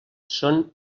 són